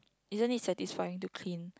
isn't it satisfying to clean